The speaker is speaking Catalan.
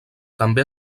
també